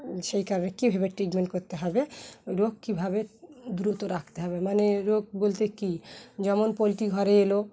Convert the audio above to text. সেই কারণে কীভাবে ট্রিটমেন্ট করতে হবে রোগ কীভাবে দ্রুত রাখতে হবে মানে রোগ বলতে কী যেমন পোলট্রি ঘরে এলো